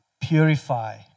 Purify